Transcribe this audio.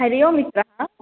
हरिः ओम् मित्रः